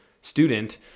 student